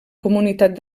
comunitat